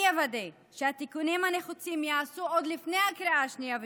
אני אוודא שהתיקונים הנחוצים ייעשו עוד לפני הקריאה השנייה והשלישית,